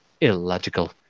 illogical